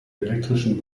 elektrischen